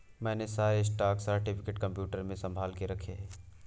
मैंने सारे stock certificate computer में संभाल के रखे हैं